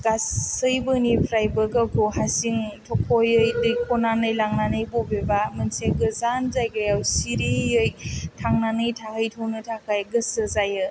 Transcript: गासैबो निफ्रायबो गावखौ हारसिं थख'यै दैख'नानै लांनानै बबेबा मोनसे गोजान जायगायाव सिरियै थांनानै थाहैथ'नो थाखाय गोसो जायो